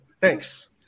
Thanks